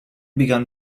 begun